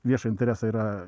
viešą interesą yra